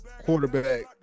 quarterback